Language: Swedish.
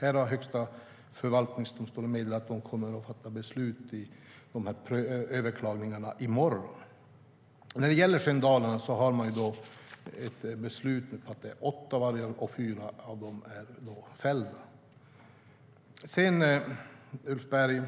i. Högsta förvaltningsdomstolen har meddelat att de kommer att fatta beslut om överklagandena i morgon. När det gäller Dalarna har man ett beslut på att det är åtta vargar, och fyra av dem är fällda. Ulf Berg!